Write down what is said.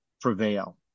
prevail